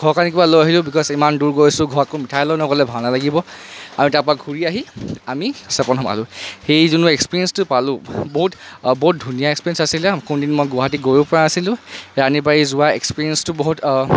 ঘৰৰ কাৰণে কিবা লৈ আহিলো বিকজ ইমান দূৰ গৈছোঁ ঘৰত একো মিঠাই লৈ নগ'লে ভাল নালাগিব আমি তাৰ পৰা ঘুৰি আহি আমি চেপন সোমালো সেই যোনটো এক্সপিয়েঞ্চটো পালো বহুত বহুত ধুনীয়া এক্সপিৰিয়েঞ্চ আছিলে কোনোদিন মই গুৱাহাটী গৈয়ো পোৱা নাছিলো ৰাণীবাৰী যোৱা এক্সপিৰিয়েঞ্চটো বহুত